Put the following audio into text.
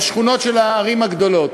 בשכונות של הערים הגדולות,